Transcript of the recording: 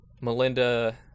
Melinda